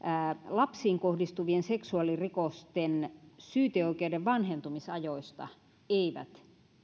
lapsiin kohdistuvien seksuaalirikosten syyteoikeuden vanhentumisajoista eivät